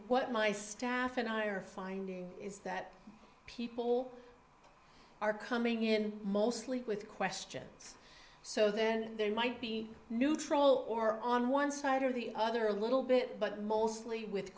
what my staff and i are finding is that people are coming in mostly with questions so there might be neutral on one side or the other a little bit but mostly with